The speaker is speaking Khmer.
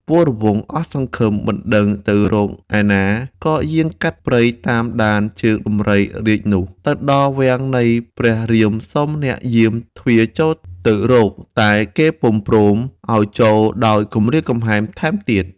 វរវង្ស អស់សង្ឃឹមមិនដឹងទៅរកឯណាក៏យាងកាត់ព្រៃតាមដានជើងដំរីរាជនោះ ទៅដល់វាំងនៃព្រះរៀមសុំអ្នកយាមទ្វារចូលតាមទៅរកតែគេពុំព្រមឲ្យចូលដោយគំរាមកំហែងថែមទៀត។